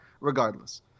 regardless